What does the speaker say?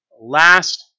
last